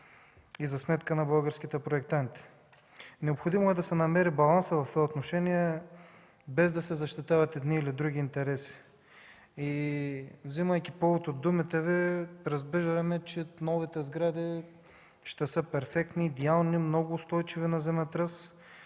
народ и на българските проектанти. Необходимо е да се намери балансът в това отношение, без да се защитават едни или други интереси. Вземайки повод от думите Ви, разбираме, че новите сгради ще са перфектни, идеални, много устойчиви на земетръс.